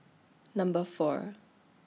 Number four